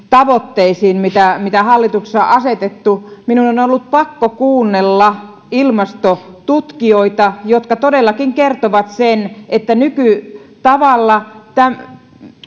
tavoitteisiin mitä mitä hallituksessa on asetettu minun on ollut pakko kuunnella ilmastotutkijoita jotka todellakin kertovat sen että nykytavalla tämä